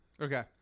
okay